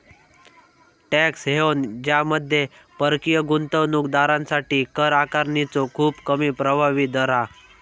tax haven ज्यामध्ये परकीय गुंतवणूक दारांसाठी कर आकारणीचो खूप कमी प्रभावी दर हा